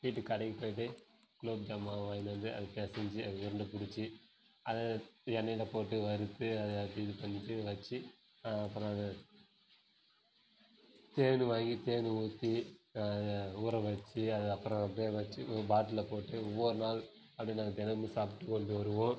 போய்விட்டு கடைக்கு போய்விட்டு குலோப்ஜாம் மாவு வாங்கின்னு வந்து அது பெசைஞ்சி அது உருண்டை பிடிச்சி அதை எண்ணெயில் போட்டு வறுத்து அதை இது பண்ணிவிட்டு வெச்சு அப்புறம் அதை தேன் வாங்கி தேன் ஊற்றி ஊற வெச்சு அதை அப்புறம் அப்படியே வெச்சு பாட்டிலில் போட்டு ஒவ்வொரு நாள் அப்படியே நாங்கள் தினமும் சாப்பிட்டு கொண்டு வருவோம்